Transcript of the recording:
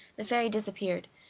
the fairy disappeared,